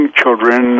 children